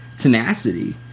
tenacity